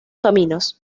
caminos